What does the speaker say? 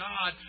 God